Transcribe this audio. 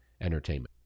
entertainment